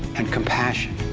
and compassion